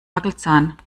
wackelzahn